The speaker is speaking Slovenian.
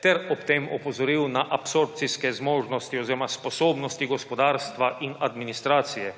ter ob tem opozoril na absorpcijske zmožnosti oziroma sposobnosti gospodarstva in administracije.